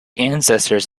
ancestors